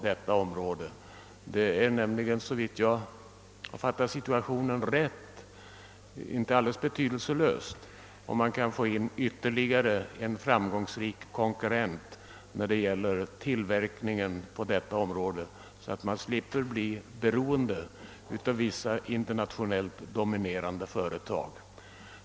Det är nämligen — såvida jag har uppfattat situationen riktigt — inte alldeles betydelselöst om man kan få in ytterligare en framgångsrik konkurrent vid maskintillverkningen på detta område och därigenom slipper bli helt beroende av vissa internationellt dominerande företag.